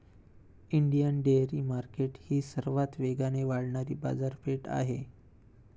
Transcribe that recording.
Indian dairy market ही सर्वात वेगाने वाढणारी बाजारपेठ आहे